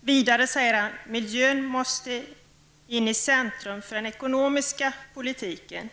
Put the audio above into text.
Maurice Strong säger vidare: ''Miljön måste in i centrum för den ekonomiska politiken,